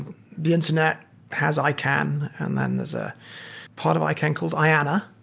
the internet has icann and then there's a part of icann called iana.